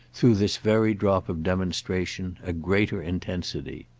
through this very drop of demonstration, a greater intensity.